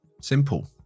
Simple